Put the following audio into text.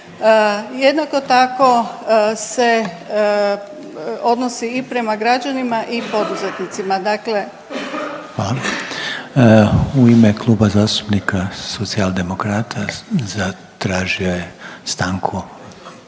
Jednako tako se odnosi i prema građanima i poduzetnicima. **Reiner, Željko (HDZ)** Hvala. U ime Kluba zastupnika Socijaldemokrata zatražio je stanku